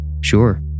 Sure